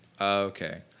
Okay